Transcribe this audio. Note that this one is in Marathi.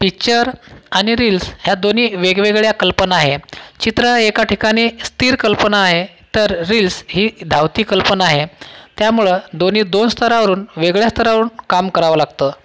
पिच्चर आणि रील्स या दोन्ही वेगवेगळ्या कल्पना आहे चित्र एका ठिकाणी स्थिर कल्पना आहे तर रील्स ही धावती कल्पना आहे त्यामुळं दोन्ही दोन स्तरावरून वेगळ्या स्तरावरून काम करावं लागतं